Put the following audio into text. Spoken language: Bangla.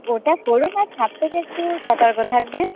ওটা করুন আর সাপ থেকে একটু সতর্ক থাকবেন